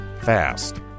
fast